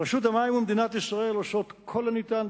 רשות המים ומדינת ישראל עושות את כל האפשר,